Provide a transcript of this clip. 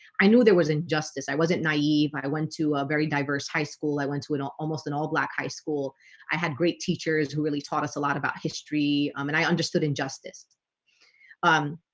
i knew there was injustice i wasn't naive i went to a very diverse high school. i went to an almost an all-black high school i had great teachers who really taught us a lot about history um and i understood injustice um,